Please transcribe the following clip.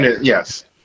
yes